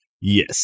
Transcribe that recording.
yes